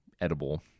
edible